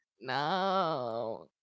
No